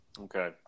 Okay